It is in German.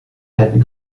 alten